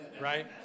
right